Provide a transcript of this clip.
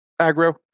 aggro